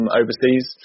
overseas